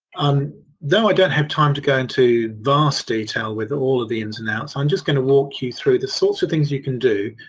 um you know i don't have time to go into vast detail with all of the ins and outs. i'm just going to walk yopu through the sorts of things you can do,